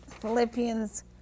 Philippians